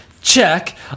check